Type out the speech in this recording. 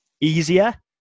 easier